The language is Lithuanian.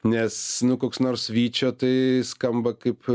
nes nu koks nors vyčio tai skamba kaip